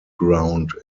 ground